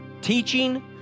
Teaching